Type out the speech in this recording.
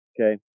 Okay